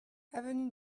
avenue